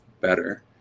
better